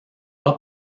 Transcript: pas